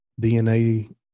dna